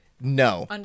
No